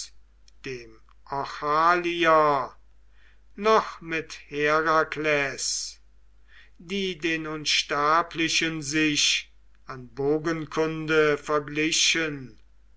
dem öchalier noch mit herakles die den unsterblichen sich an bogenkunde verglichen